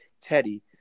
Teddy